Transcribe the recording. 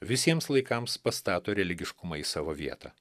visiems laikams pastato religiškumą į savo vietą